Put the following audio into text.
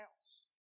else